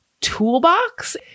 toolbox